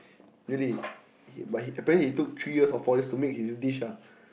really he but apparently he took three years or four years to make his dish ah